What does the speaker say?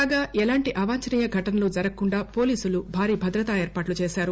కాగా ఎలాంటి అవాంఛనీయ ఘటనలు జరుగకుండా పోలీసులు భారీభద్రత ఏర్పాటు చేశారు